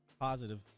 Positive